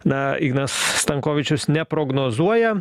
na ignas stankovičius neprognozuoja